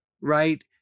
right